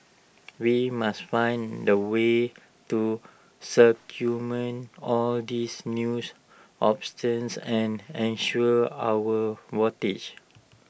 we must find way to circument all these news and unsure our